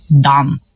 done